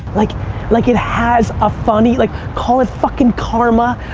like like it has a funny, like call it fuckin' karma.